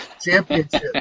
championship